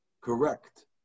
Correct